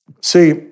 See